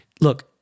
Look